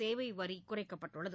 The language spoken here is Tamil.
சேவை வரி குறைக்கப்பட்டுள்ளது